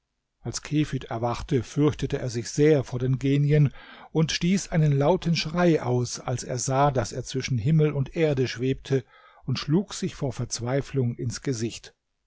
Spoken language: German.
als kefid erwachte fürchtete er sich sehr vor den genien und stieß einen lauten schrei aus als er sah daß er zwischen himmel und erde schwebte und schlug sich vor verzweiflung ins gesicht